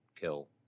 kill